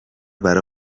برا